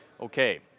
Okay